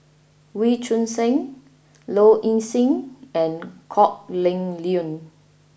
Wee Choon Seng Low Ing Sing and Kok Heng Leun